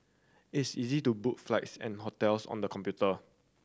it's easy to book flights and hotels on the computer